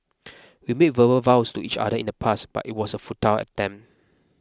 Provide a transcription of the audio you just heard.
we made verbal vows to each other in the past but it was a futile attempt